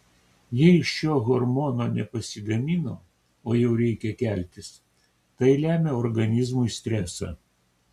jei šio hormono nepasigamino o jau reikia keltis tai lemia organizmui stresą